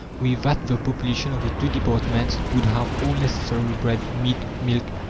with that the population of the two departments would have all necessary bread, meat, milk,